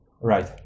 Right